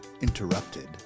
interrupted